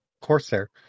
Corsair